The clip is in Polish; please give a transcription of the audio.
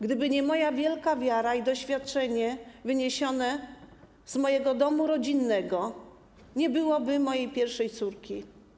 Gdyby nie moja wielka wiara i doświadczenie wyniesione z mojego domu rodzinnego, nie byłoby mojej pierwszej córki.